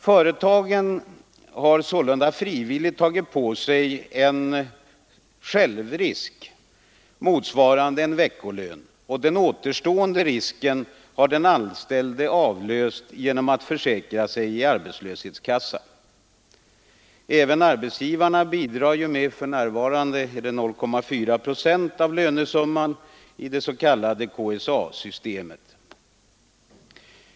Företagen har sålunda frivilligt tagit på sig en ”självrisk” motsvarande en veckolön, och den återstående risken har den anställde avlöst genom att försäkra sig i arbetslöshetskassa. Även arbetsgivarna bidrar med — för närvarande — 0,4 procent av lönesumman i det s.k. KSA-systemet.